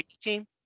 team